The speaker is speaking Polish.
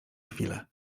chwilę